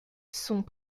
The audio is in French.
sont